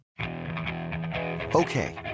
Okay